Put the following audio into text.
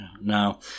Now